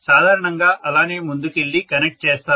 సాధారణంగా అలానే ముందుకెళ్లి కనెక్ట్ చేస్తారు